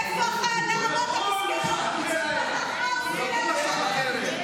איפה הנערות המסכנות, ברברים.